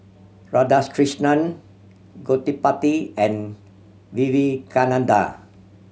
Radhakrishnan Gottipati and Vivekananda